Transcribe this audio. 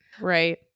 Right